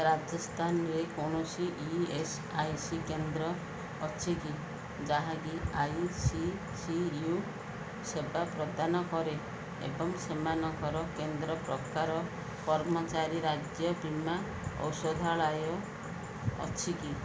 ରାଜସ୍ଥାନରେ କୌଣସି E S I C କେନ୍ଦ୍ର ଅଛି କି ଯାହାକି ଆଇ ସି ସି ୟୁ ସେବା ପ୍ରଦାନ କରେ ଏବଂ ସେମାନଙ୍କର କେନ୍ଦ୍ର ପ୍ରକାର କର୍ମଚାରୀ ରାଜ୍ୟ ବୀମା ଔଷଧାଳୟ ଅଛି କି